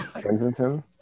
Kensington